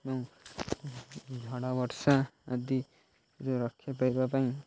ଏବଂ ଝଡ଼ ବର୍ଷା ଆଦି ଯେଉଁ ରକ୍ଷା ପାଇାବା ପାଇଁ